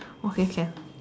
okay can